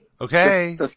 Okay